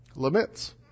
limits